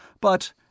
But